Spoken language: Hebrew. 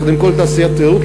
יחד עם כל תעשיית התיירות,